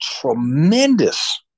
tremendous